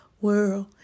world